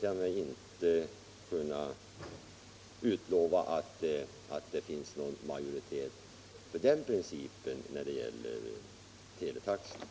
Jag tror inte att det finns någon majoritet för den principen när det gäller teletaxorna.